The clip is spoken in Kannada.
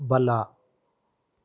ಬಲ